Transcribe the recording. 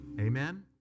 Amen